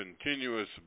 continuous